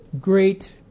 great